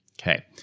Okay